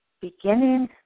beginning